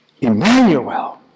Emmanuel